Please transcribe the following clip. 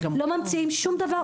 לא ממציאים שום דבר,